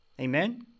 Amen